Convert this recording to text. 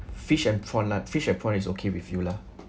fish and prawn lah fish and prawn is okay with you lah